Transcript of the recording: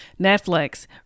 Netflix